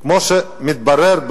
כמו שמתברר,